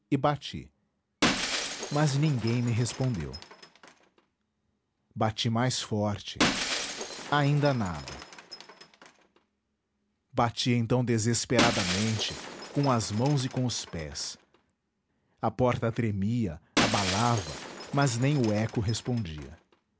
e bati mas ninguém me respondeu bati mais forte ainda nada bati então desesperadamente com as mãos e com os pés a porta tremia abalava mas nem o eco respondia